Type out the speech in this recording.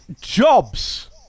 jobs